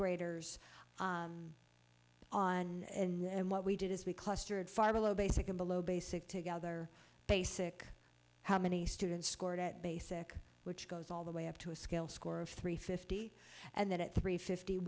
graders on it and what we did is we clustered far below basic and below basic together basic how many students scored at basic which goes all the way up to a skill score of three fifty and then at three fifty